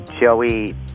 Joey